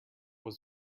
was